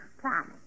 Promise